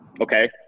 okay